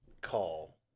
call